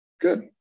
Good